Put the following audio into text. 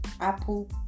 Apple